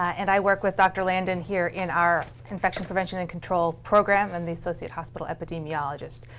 and i work with dr. landon here in our infection prevention and control program. i'm the associate hospital epidemiologist.